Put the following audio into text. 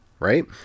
right